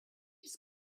just